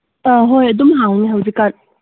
ꯑꯧ ꯑꯗꯨꯝ ꯍꯥꯡꯉꯦ ꯍꯧꯖꯤꯛꯀꯥꯟ